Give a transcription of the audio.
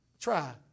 Try